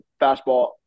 fastball